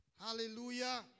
Hallelujah